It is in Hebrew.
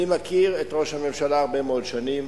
אני מכיר את ראש הממשלה הרבה מאוד שנים,